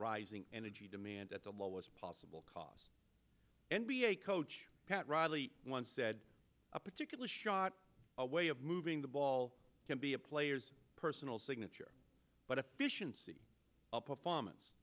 rising energy demand at the lowest possible cost n b a coach pat riley once said a particular shot a way of moving the ball can be a player's personal signature but efficiency a performance